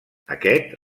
aquest